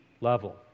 level